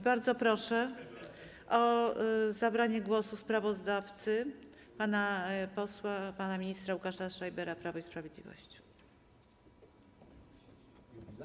Bardzo proszę o zabranie głosu sprawozdawcę, pana posła, pana ministra Łukasza Schreibera, Prawo i Sprawiedliwość.